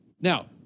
Now